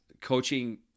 Coaching